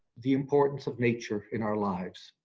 the importance of nature in our lives.